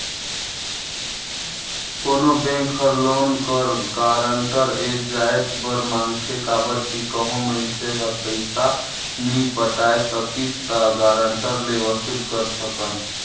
कोनो बेंक हर लोन कर गारंटर ए जाएत बर मांगथे काबर कि कहों मइनसे हर पइसा नी पटाए सकिस ता गारंटर ले वसूल कर सकन